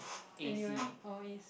and you eh or is